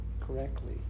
correctly